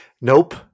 Nope